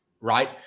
Right